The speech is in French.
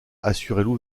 assuraient